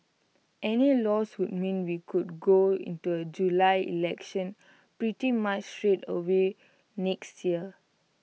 any loss would mean we could go into A July election pretty much straight away next year